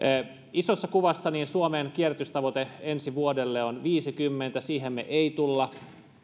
isossa kuvassa suomen kierrätystavoite ensi vuodelle on viisikymmentä prosenttia siihen me emme tule